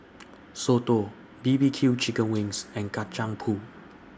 Soto B B Q Chicken Wings and Kacang Pool